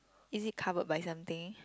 is it cover by something